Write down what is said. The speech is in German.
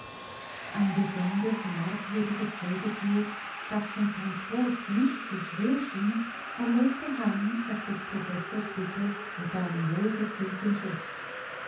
ein besonders merkwürdiges säugetier das zum transport nicht zu schwer schien erlegte heinz auf des professors bitte mit einem wohlgezielten schuß